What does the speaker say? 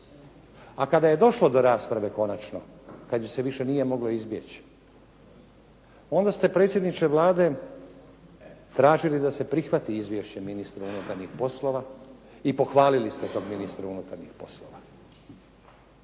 a kada je došlo do rasprave konačno, kad ju se više nije moglo izbjeći, onda ste predsjedniče Vlade tražili da se prihvati izvješće ministra unutarnjih poslova i pohvalili ste tog ministra unutarnjih poslova.